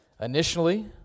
initially